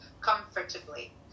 comfortably